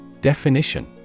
Definition